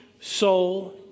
soul